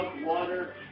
water